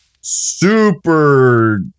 super